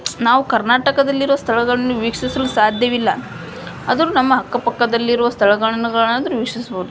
ನಾವು ಕರ್ನಾಟಕದಲ್ಲಿರುವ ಸ್ಥಳಗಳನ್ನು ವೀಕ್ಷಿಸಲು ಸಾಧ್ಯವಿಲ್ಲ ಆದರೂ ನಮ್ಮ ಅಕ್ಕಪಕ್ಕದಲ್ಲಿರುವ ಸ್ಥಳಗಳನ್ನು ಗಳನ್ನಾದರೂ ವೀಕ್ಷಿಸ್ಬೋದು